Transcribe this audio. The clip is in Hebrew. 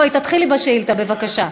בואי, תתחילי בשאילתה בבקשה.